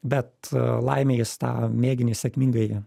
bet laimei jis tą mėginį sėkmingai